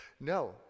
No